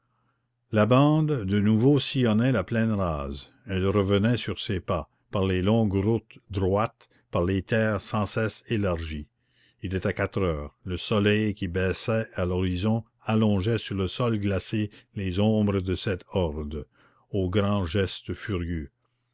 la bande de nouveau sillonna la plaine rase elle revenait sur ses pas par les longues routes droites par les terres sans cesse élargies il était quatre heures le soleil qui baissait à l'horizon allongeait sur le sol glacé les ombres de cette horde aux grands gestes furieux